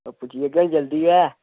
ओह् पुज्जी जाह्गे जल्दी गै